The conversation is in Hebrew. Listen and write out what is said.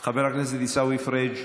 חבר הכנסת עיסאווי פריג'